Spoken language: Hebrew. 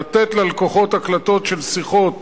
לתת ללקוחות הקלטות של שיחות